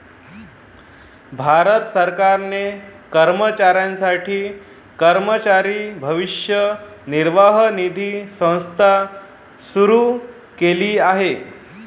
भारत सरकारने कर्मचाऱ्यांसाठी कर्मचारी भविष्य निर्वाह निधी संस्था सुरू केली आहे